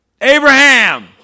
Abraham